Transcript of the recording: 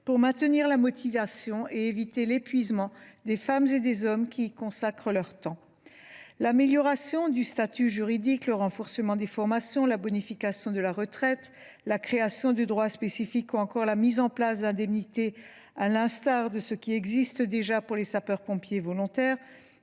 pour maintenir la motivation et éviter l’épuisement des femmes et des hommes qui y consacrent leur temps. L’amélioration du statut juridique, le renforcement des formations, la bonification de la retraite, la création de droits spécifiques ou encore la mise en place d’indemnités, à l’instar de ce qui existe déjà pour les sapeurs pompiers volontaires